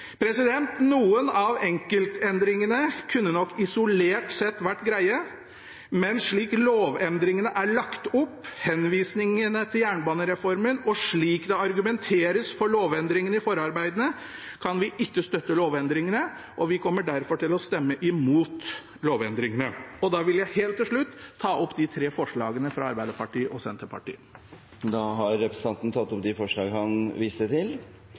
Noen av enkeltendringene kunne nok isolert sett vært greie, men slik lovendringene er lagt opp, henvisningene til jernbanereformen, og slik det argumenteres for lovendringene i forarbeidene, kan vi ikke støtte dem. Vi kommer derfor til å stemme imot lovendringene. Jeg vil helt til slutt ta opp de tre forslagene fra Arbeiderpartiet og Senterpartiet. Representanten Sverre Myrli har tatt opp de forslagene han refererte til.